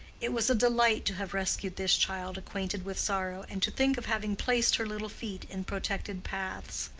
it was a delight to have rescued this child acquainted with sorrow, and to think of having placed her little feet in protected paths.